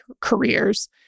careers